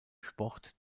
sport